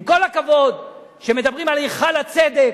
עם כל הכבוד, כשמדברים על היכל הצדק,